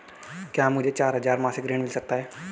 क्या मुझे चार हजार मासिक ऋण मिल सकता है?